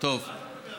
אתה מדבר